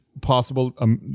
possible—